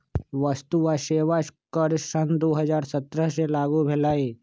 वस्तु आ सेवा कर सन दू हज़ार सत्रह से लागू भेलई